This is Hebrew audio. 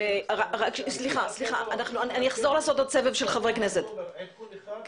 עדכון אחד.